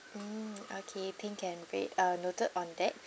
mm okay pink and red uh noted on that